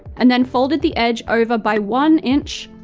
and then folded the edge over by one inch,